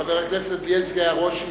חבר הכנסת בילסקי היה ראש עיר.